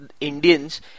Indians